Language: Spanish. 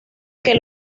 que